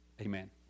amen